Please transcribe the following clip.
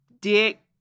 dick